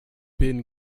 bin